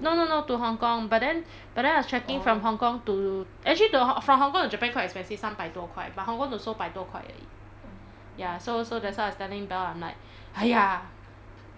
no no no to hong kong but then I was checking from hong kong to actually from hong kong to japan quite expensive 三百多块 but hong kong to seoul 百多块而已 ya so so that's why I was telling belle I'm like !haiya!